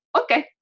okay